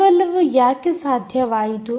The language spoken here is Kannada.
ಇವೆಲ್ಲವೂ ಯಾಕೆ ಸಾಧ್ಯವಾಯಿತು